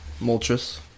Moltres